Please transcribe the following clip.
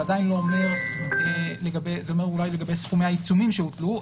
זה עדיין לא אומר לגבי זה אומר אולי לגבי סכומי העיצומים שהוטלו.